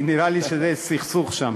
כי נראה לי שזה סכסוך שם.